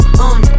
on